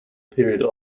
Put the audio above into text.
period